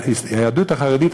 שהיהדות החרדית,